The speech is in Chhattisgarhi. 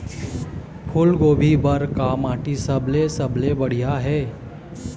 फूलगोभी बर का माटी सबले सबले बढ़िया ये?